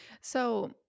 So-